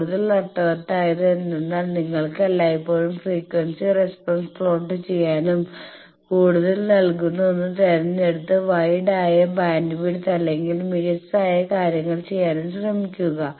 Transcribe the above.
കൂടുതൽ അർത്ഥവത്തായത് എന്തെന്നാൽ നിങ്ങൾക്ക് എല്ലായ്പ്പോഴും ഫ്രീക്വൻസി റെസ്പോൺസ് പ്ലോട്ട് ചെയ്യാനും കൂടുതൽ നൽകുന്ന ഒന്ന് തിരഞ്ഞെടുത്ത് വൈഡായ ആയ ബാൻഡ്വിഡ്ത്ത് അല്ലെങ്കിൽ മികച്ചതായ കാര്യങ്ങൾ ചെയ്യാനും ശ്രമിക്കുക